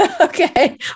Okay